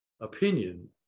opinion